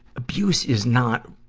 abuse is not,